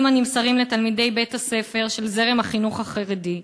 הנמסרים לתלמידי בתי-הספר של זרם החינוך החרדי?